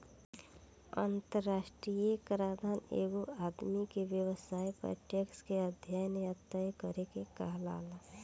अंतरराष्ट्रीय कराधान एगो आदमी के व्यवसाय पर टैक्स के अध्यन या तय करे के कहाला